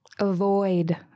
Avoid